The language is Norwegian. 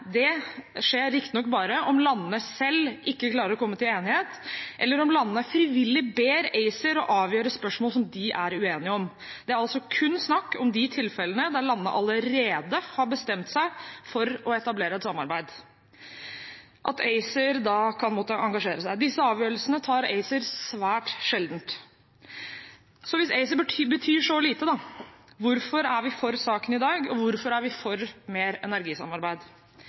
det skjer riktignok bare om landene selv ikke klarer å komme til enighet, eller om landene frivillig ber ACER å avgjøre spørsmål som de er uenige om. Det er altså kun snakk om at ACER kan måtte engasjere seg i de tilfellene der landene allerede har bestemt seg for å etablere et samarbeid. Disse avgjørelsene tar ACER svært sjelden. Så hvis ACER betyr så lite, hvorfor er vi for saken i dag, og hvorfor er vi for mer energisamarbeid?